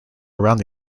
around